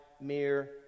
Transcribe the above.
mere